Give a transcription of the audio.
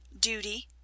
duty